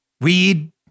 weed